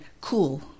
cool